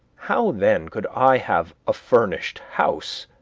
how, then, could i have a furnished house?